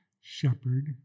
shepherd